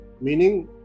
meaning